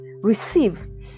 receive